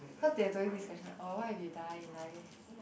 cause there's always this question oh what if you die in like